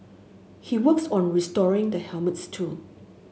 he works on restoring the helmets too